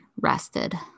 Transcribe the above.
rested